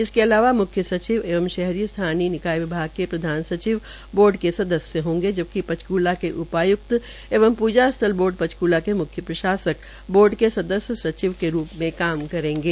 इसके अलावा मुख्यसचिव एवं शहरी स्थानीय विभाग के प्रधान सविव बोर्ड के सदस्य होंगे जबकि पंचकूला के उपाय्क्त एवं प्जा स्थल बोर्ड पंचक्ला के म्ख्य प्रशासक बार्ड के सदस्य सचिव के रूप में काम करेंगे